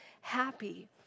happy